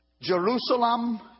Jerusalem